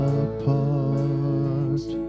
apart